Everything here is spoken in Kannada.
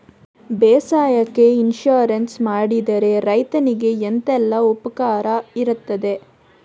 ಬೇಸಾಯಕ್ಕೆ ಇನ್ಸೂರೆನ್ಸ್ ಮಾಡಿದ್ರೆ ರೈತನಿಗೆ ಎಂತೆಲ್ಲ ಉಪಕಾರ ಇರ್ತದೆ?